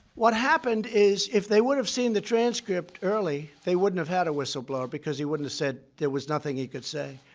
what happened is, if they would have seen the transcript early, they wouldn't have had a whistleblower, because he wouldn't have said there was nothing he could say.